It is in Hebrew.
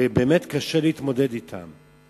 וקשה להתמודד אתם.